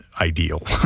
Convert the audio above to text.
ideal